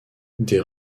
des